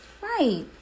Right